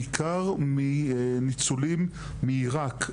בעיקר מניצולים מעירק,